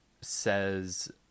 says